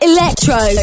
Electro